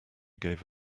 gave